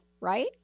right